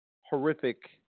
Horrific